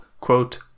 quote